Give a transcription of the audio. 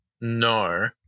No